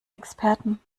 experten